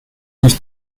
nicht